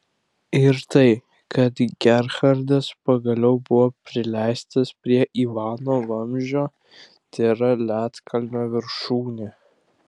ir tai kad gerhardas pagaliau buvo prileistas prie ivano vamzdžio tėra ledkalnio viršūnė